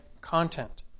content